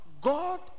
God